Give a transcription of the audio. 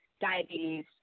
diabetes